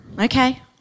Okay